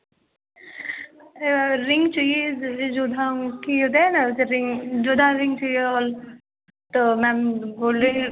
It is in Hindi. रिंग चाहिए जैसे जोधा की होता है ना वैसे रिंग जोधा रिंग चाहिए और तो मैम गोल्डेन